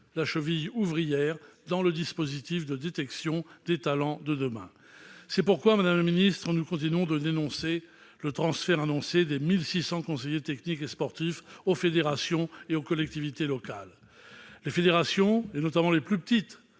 la cheville ouvrière du dispositif de détection des talents de demain. C'est pourquoi, madame la ministre, nous continuons de dénoncer le transfert annoncé des 1 600 conseillers techniques et sportifs aux fédérations et aux collectivités locales. Les fédérations, notamment les plus petites,